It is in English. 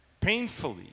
painfully